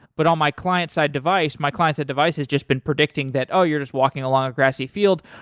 but on my client side device, my client side device has just been predicting that, oh, you're just walking along a grassy field.